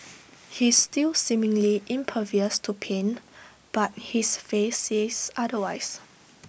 he's still seemingly impervious to pain but his face says otherwise